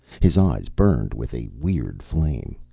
his eyes burned with a weird flame.